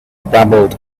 babbled